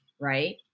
right